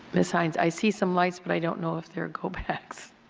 ms. hynes. i see some lights. but i don't know if they are go backs.